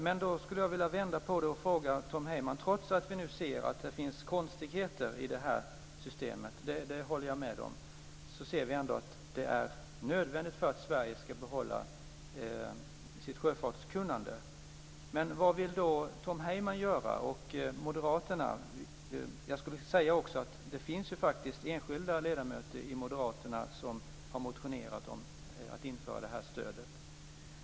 Jag skulle vilja vända på det och ställa en fråga till Tom Heyman. Trots att vi nu ser att det finns konstigheter i det här systemet - det håller jag med om - ser vi ändå att det är nödvändigt för att Sverige ska behålla sitt sjöfartskunnande. Men vad vill då Tom Heyman och Moderaterna göra? Jag ska också säga att det faktiskt finns enskilda ledamöter i Moderaterna som har motionerat om att införa det här stödet.